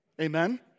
Amen